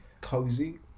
cozy